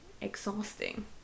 exhausting